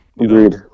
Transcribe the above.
Agreed